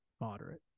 moderate